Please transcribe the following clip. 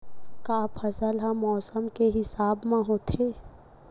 का फसल ह मौसम के हिसाब म होथे?